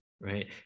right